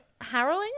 harrowing